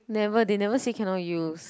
never they never say cannot use